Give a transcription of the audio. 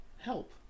help